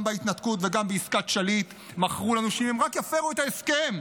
גם בהתנתקות וגם בעסקת שליט מכרו לנו שאם הם רק יפרו את ההסכם,